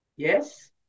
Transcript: Yes